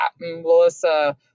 Melissa